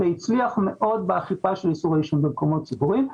זה הצליח מאוד באכיפה של איסור העישון במקומות ציבוריים.